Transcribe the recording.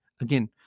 again